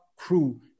Crew